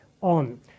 on